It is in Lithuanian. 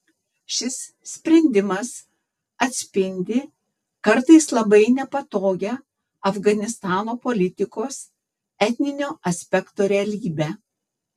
šis sprendimas atspindi kartais labai nepatogią afganistano politikos etninio aspekto realybę